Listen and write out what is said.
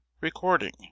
Recording